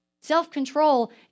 Self-control